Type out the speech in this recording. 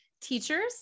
teachers